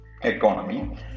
economy